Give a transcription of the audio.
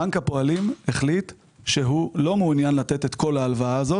בנק הפועלים החליט שהוא לא מעוניין לתת את כל ההלוואה הזו.